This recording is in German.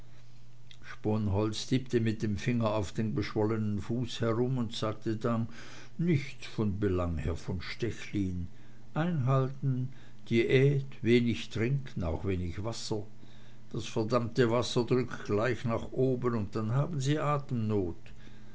sponholz tippte mit dem finger auf dem geschwollenen fuß herum und sagte dann nichts von belang herr von stechlin einhalten diät wenig trinken auch wenig wasser das verdammte wasser drückt gleich nach oben und dann haben sie atemnot